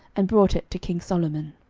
and brought it to king solomon.